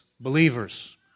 Believers